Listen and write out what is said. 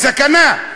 בסכנה.